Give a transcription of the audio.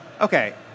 okay